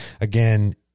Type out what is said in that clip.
Again